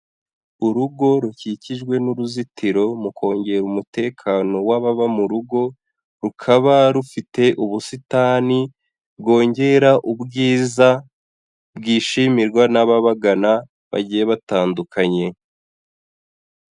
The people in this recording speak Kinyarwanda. Urugo rukikijwe n'uruzitiro mu kongera umutekano w'ababa mu rugo, rukaba rufite ubusitani bwongera ubwiza bwishimirwa n'ababagana bagiye batandukanye.